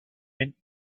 mint